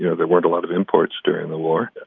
yeah there weren't a lot of imports during the war.